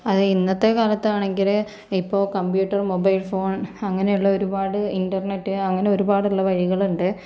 അത് ഇന്നത്തെ കാലത്താണെങ്കില് ഇപ്പോൾ കമ്പ്യൂട്ടർ മൊബൈൽ ഫോൺ അങ്ങനെയുള്ള ഒരുപാട് ഇൻ്റർനെറ്റ് അങ്ങനെ ഒരുപാടുള്ള വഴികളുണ്ട്